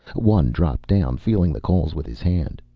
one dropped down, feeling the coals with his hand.